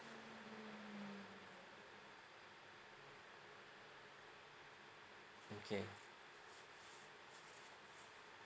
okay